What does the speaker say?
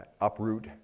uproot